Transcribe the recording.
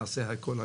נעשה הכול,